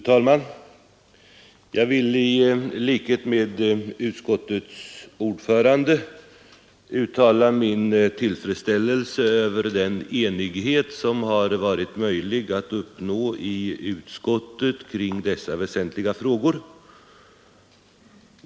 Fru talman! Jag vill i likhet med utskottets ordförande uttala min tillfredsställelse över den enighet som varit möjlig att uppnå i utskottet kring dessa väsentliga frågor.